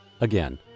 again